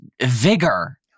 vigor